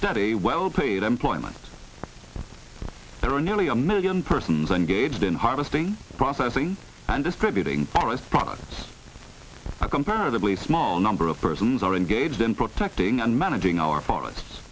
steady well paid employment there are nearly a million persons engaged in harvesting processing and distributing forest products a comparatively small number of persons are engaged in protecting and managing our for